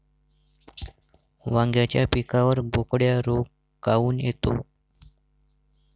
वांग्याच्या पिकावर बोकड्या रोग काऊन येतो?